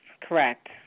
correct